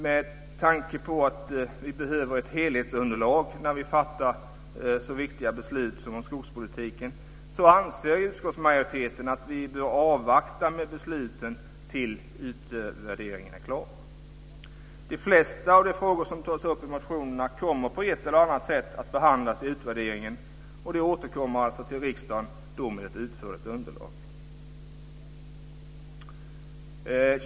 Med tanke på att vi behöver ett helhetsunderlag när vi fattar så viktiga beslut som dem om skogsvårdspolitiken så anser utskottsmajoriteten att vi bör avvakta med besluten till dess att utvärderingen är klar. De flesta av de frågor som tas upp i motionerna kommer på ett eller annat sätt att behandlas i utvärderingen. De återkommer alltså till riksdagen, och då med ett utförligt underlag.